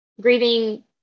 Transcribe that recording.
grieving